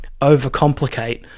overcomplicate